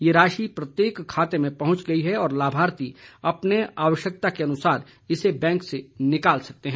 यह राशि प्रत्येक खाते में पहुंच गई है और लाभार्थी अपनी आवश्यकता के अनुसार इसे बैंक से निकाल सकते हैं